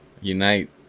Unite